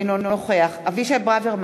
אינו נוכח יעקב אשר,